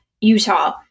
Utah